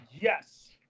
Yes